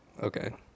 okay